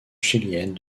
chilienne